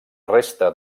resta